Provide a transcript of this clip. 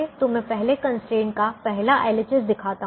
तो मैं पहले कंस्ट्रेंट का पहला LHS दिखाता हूं